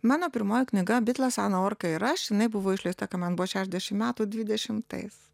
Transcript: mano pirmoji knyga bitlas ana orka ir aš jinai buvo išleista kai man buvo šešdešim metų dvidešimtais